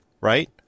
right